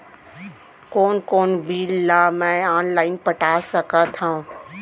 कोन कोन बिल ला मैं ऑनलाइन पटा सकत हव?